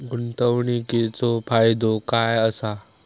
गुंतवणीचो फायदो काय असा?